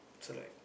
so like